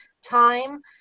time